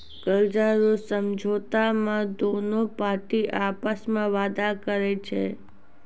कर्जा रो समझौता मे दोनु पार्टी आपस मे वादा करै छै